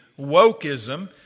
wokeism